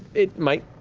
it might.